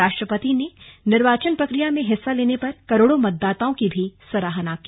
राष्ट्रपति ने निर्वाचन प्रक्रिया में हिस्सा लेने पर करोड़ों मतदाताओं की भी सराहना की